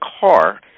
car